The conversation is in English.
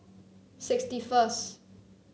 sixty first